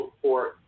support